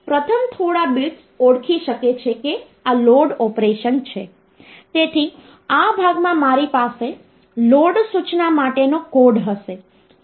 તેથી થોડા સમય પછી શું થાય છે કે જ્યારે તમે તે નંબરને કમ્પ્યુટર સિસ્ટમમાં સંગ્રહિત કરો છો ત્યારે તમને એક મર્યાદિત શબ્દ કદ મળી જાય છે